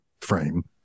frame